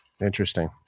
Interesting